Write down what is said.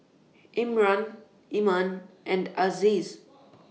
Imran Iman and Aziz